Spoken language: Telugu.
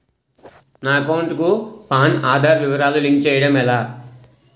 నా అకౌంట్ కు పాన్, ఆధార్ వివరాలు లింక్ చేయటం ఎలా?